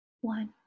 one